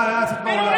אל תאיים עליו.